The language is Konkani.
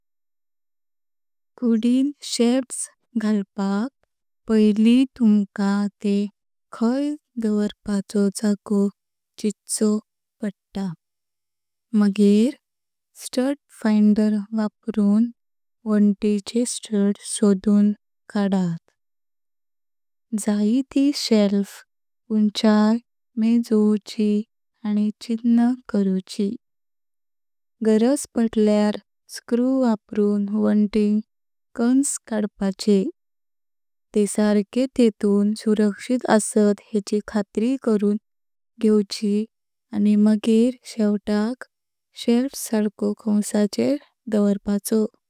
कुदिन शेल्फस घालपाक पैली तुमका तेह खय दवारपाचो जागो चितचो पडता, मग़ेर स्टड फ़ाइंडर वाप्रुन वान्तिचे स्टड सोडून काढात। जाय त शेल्फ उंचाय मेजुची आनी चिन करुची। गरज पदल्यार स्क्रू वाप्रुन वान्तिक कन्स कडपाचे, तेह सर्के तेथून सुरक्षित असत हेचि खात्री करून घेवची आनी मग़ेर शेवटाक शेल्फ सारको कंसाचेर दवारपाचो।